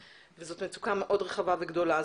וזו מצוקה מאוד רחבה וגדולה.